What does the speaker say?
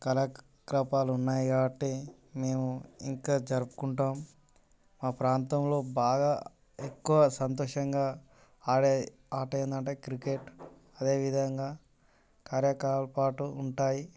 కళాకపాలు ఉన్నాయి కాబట్టి మేము ఇంకా జరుపుకుంటాం మా ప్రాంతంలో బాగా ఎక్కువ సంతోషంగా ఆడే ఆట ఏంటంటే క్రికెట్ అదే విధంగా కార్యకపాలు పాటు ఉంటాయి